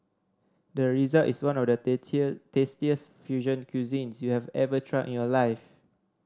the result is one of the tastiest fusion cuisines you have ever tried in your life